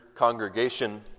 Congregation